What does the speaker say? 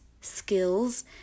skills